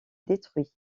détruits